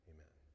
Amen